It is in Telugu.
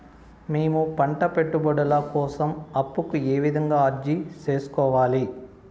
మేము పంట పెట్టుబడుల కోసం అప్పు కు ఏ విధంగా అర్జీ సేసుకోవాలి?